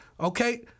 okay